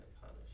punish